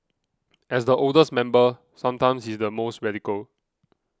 as the oldest member sometimes he's the most radical